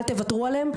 אל תוותרו עליהם.